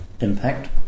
impact